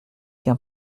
qu’un